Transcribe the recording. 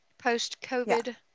post-COVID